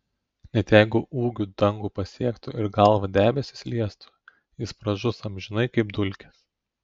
net jeigu ūgiu dangų pasiektų ir galva debesis liestų jis pražus amžinai kaip dulkės